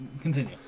Continue